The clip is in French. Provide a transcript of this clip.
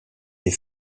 des